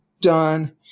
done